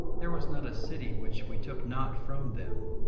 there was not a city which we took not from them,